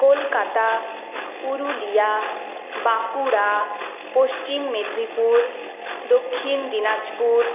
Kolkata Purulia Bankura Paschim Medinipur Dakshin Dinajpur